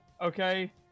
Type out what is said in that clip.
okay